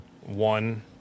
one